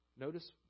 Notice